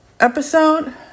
episode